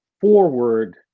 forward